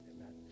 Amen